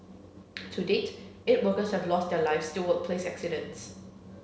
to date eight workers have lost their lives to workplace accidents